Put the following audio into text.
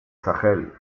sahel